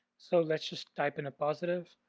so let's just type in a positive.